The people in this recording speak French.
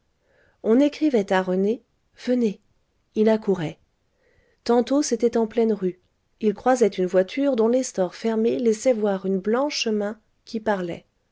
on écrivait à rené venez il accourait tantôt c'était en pleine rue il croisait une voiture dont les stores fermés laissaient voir une blanche main qui parlait